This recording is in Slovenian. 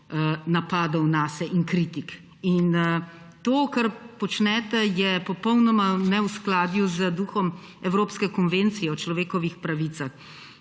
napadov nase in kritik. To, kar počnete, je popolnoma v neskladju z duhom evropske konvencije o človekovih pravicah.